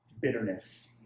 bitterness